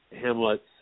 Hamlet's